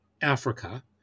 Africa